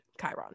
chiron